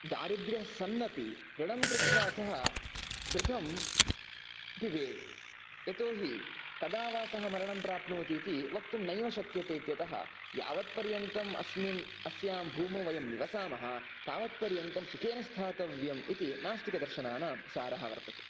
दारिद्र्यस्सन्नपि ऋणं कृत्वा सः घृतं पीबेत् यतोहि कदा वा सः मरणं प्राप्नोति इति वक्तुं नैव शक्यते इत्यतः यावत्पर्यन्तम् अस्मिन् अस्यां भूमौ वयं निवसामः तावत्पर्यन्तं सुखेन स्थातव्यम् इति नास्तिकदर्शनानां सारः वर्तते